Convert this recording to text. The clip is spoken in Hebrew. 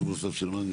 סיבוב נוסף של מה?